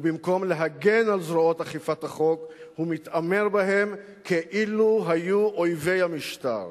ובמקום להגן על זרועות אכיפת החוק הוא מתעמר בהן כאילו היו אויבי המשטר.